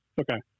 Okay